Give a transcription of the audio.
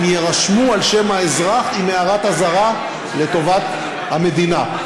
והן יירשמו על שם האזרח עם הערת אזהרה לטובת המדינה,